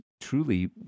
Truly